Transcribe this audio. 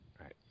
right